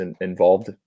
involved